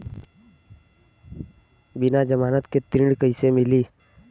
बिना जमानत के ऋण कईसे मिली?